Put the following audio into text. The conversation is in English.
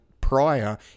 prior